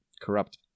corrupt